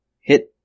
Hit